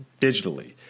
digitally